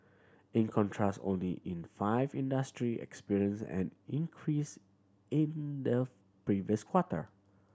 in contrast only in five industry experienced an increase in the previous quarter